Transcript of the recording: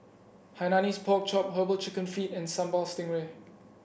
Hainanese Pork Chop herbal chicken feet and Sambal Stingray